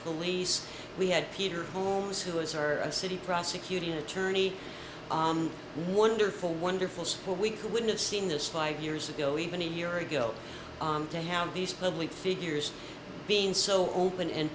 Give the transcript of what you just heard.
police we had peter holmes who is are a city prosecuting attorney wonderful wonderful school we couldn't have seen this five years ago even a year ago on to have these public figures being so open